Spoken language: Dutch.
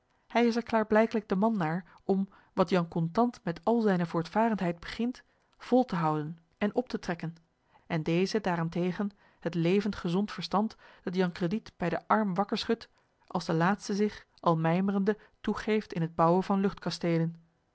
hij is er klaarblijkelijk de man naar om wat jan contant met al zijne voortvarendheid begint vol te houden en op te trekken en deze daarentegen het levend gezond verstand dat jan crediet bij den arm wakker schudt als de laatste zich al mijmerende toegeeft in het bouwen van